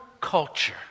culture